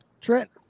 Trent